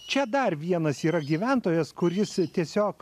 čia dar vienas yra gyventojas kuris tiesiog